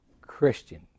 Christian